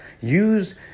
Use